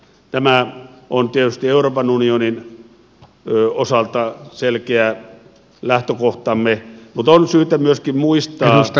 tämä on tietysti euroopan unionin osalta selkeä lähtökohtamme mutta on syytä myöskin muistaa